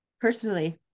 personally